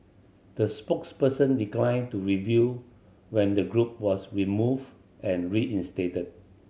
the spokesperson declined to reveal when the group was removed and reinstated